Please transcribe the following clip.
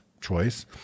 choice